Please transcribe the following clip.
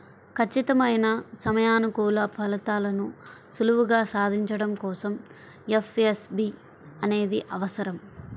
ఖచ్చితమైన సమయానుకూల ఫలితాలను సులువుగా సాధించడం కోసం ఎఫ్ఏఎస్బి అనేది అవసరం